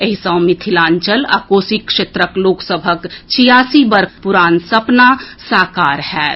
एहि सँ मिथिलांचल आ कोसी क्षेत्रक लोक सभक छियासी वर्ष पुरान सपना साकार होयत